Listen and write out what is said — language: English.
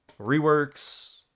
reworks